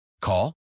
Call